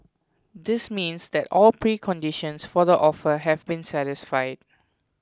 this means that all preconditions for the offer have been satisfied